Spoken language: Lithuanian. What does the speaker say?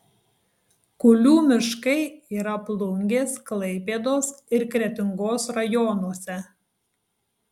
kulių miškai yra plungės klaipėdos ir kretingos rajonuose